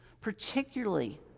particularly